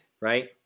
right